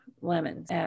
lemons